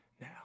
now